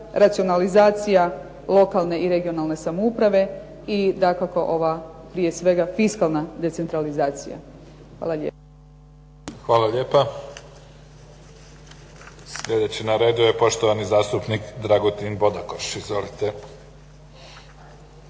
racionalizacija lokalne i regionalne samouprave i dakako ova prije svega fiskalna decentralizacija. Hvala lijepa. **Mimica, Neven (SDP)** Hvala lijepa. Sljedeći na redu je poštovani zastupnik Dragutin Bodakoš. Izvolite.